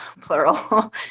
plural